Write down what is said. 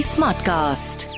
Smartcast